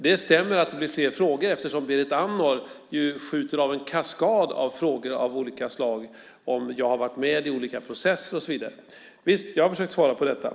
Det stämmer att det blir fler frågor eftersom Berit Andnor ju skjuter av en kaskad av frågor av olika slag om jag har varit med i olika processer och så vidare. Visst - jag har försökt svara på detta.